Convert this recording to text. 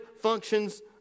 functions